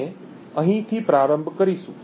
આપણે અહીંથી પ્રારંભ કરીશું